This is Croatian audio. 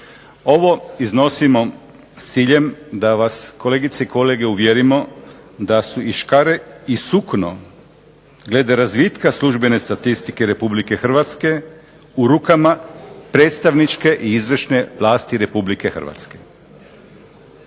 Ovo iznosimo s ciljem da vas kolegice i kolege uvjerimo da su i škare i sukno glede razvitka službene statistike RH u rukama predstavničke i izvršne vlasti RH. Prema tome,